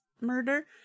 murder